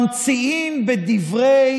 ממציאים בדברי